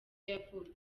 yavutse